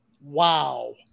wow